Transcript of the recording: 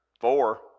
four